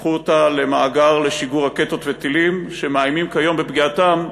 הפכו אותה למאגר לשיגור רקטות וטילים שמאיימים כיום בפגיעתם,